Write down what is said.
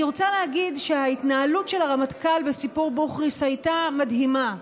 אני רוצה להגיד שההתנהלות של הרמטכ"ל בסיפור בוכריס הייתה מדהימה.